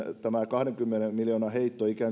kahdenkymmenen miljoonan heitto